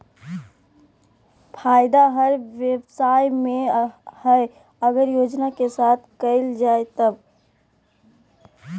फायदा हर व्यवसाय में हइ अगर योजना के साथ कइल जाय तब